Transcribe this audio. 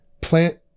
plant